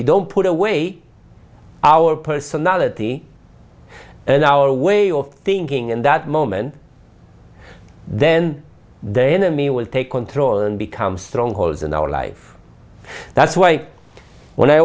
you don't put away our personality and our way of thinking and that moment then the enemy will take control and become strongholds in our life that's why when i